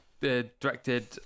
directed